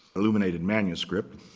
illuminated manuscript.